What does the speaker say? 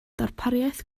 darpariaeth